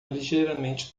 ligeiramente